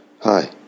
Hi